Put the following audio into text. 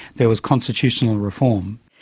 there was constitutional reform.